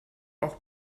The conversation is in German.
auch